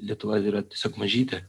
lietuva yra tiesiog mažytė